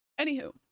Anywho